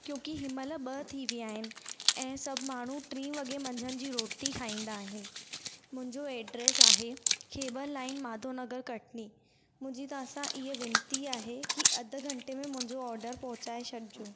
क्योकि हिनमहिल ॿ थी विया आहिनि ऐं सभु माण्हू टे वॻे मंझंदि जी रोटी खाईंदा आहिनि मुंहिंजो एड्रैस आहे केबल लाइन माधव नगर कटनी मुंहिंजी तव्हां सां इहा वेनती आहे की अधु घंटे में मुंहिंजो ऑडर पहुचाए छॾिजो